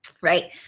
right